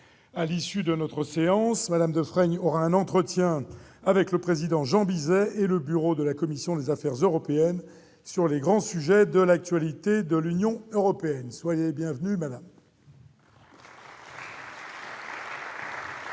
À l'issue de notre séance, Mme Defraigne aura un entretien avec le président Jean Bizet et le bureau de la commission des affaires européennes sur les grands sujets de l'actualité de l'Union européenne. Nous reprenons le